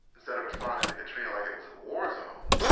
instead of responding to katrina like it was a war zone,